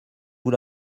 vous